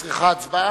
ההודעה מצריכה הצבעה?